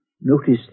notice